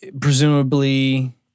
presumably